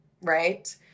right